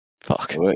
Fuck